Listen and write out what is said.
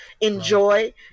enjoy